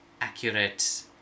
accurate